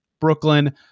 Brooklyn